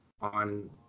on